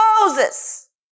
Moses